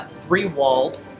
three-walled